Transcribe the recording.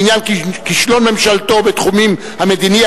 בעניין כישלון ממשלתו בתחומים המדיני,